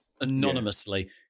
anonymously